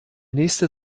nächste